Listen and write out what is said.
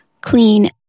clean